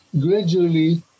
gradually